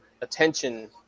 attention